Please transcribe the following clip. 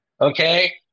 okay